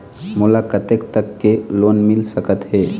मोला कतेक तक के लोन मिल सकत हे?